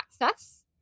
access